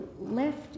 left